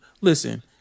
Listen